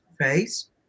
face